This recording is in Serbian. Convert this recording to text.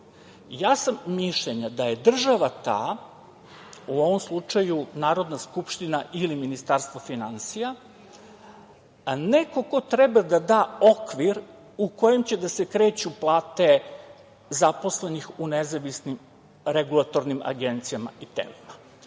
Ja sam mišljenja da je država ta, u ovom slučaju Narodna skupština ili Ministarstvo finansija, neko ko treba da da okvir u kojem će da se kreću plate zaposlenih u nezavisnim regulatornim agencijama i telima,